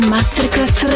Masterclass